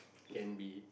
can be